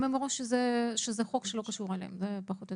הם אמרו שזה חוק שלא קשור אליהם, פחות או יותר.